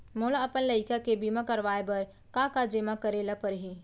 मोला अपन लइका के बीमा करवाए बर का का जेमा करे ल परही?